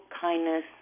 kindness